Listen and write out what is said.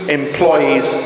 employees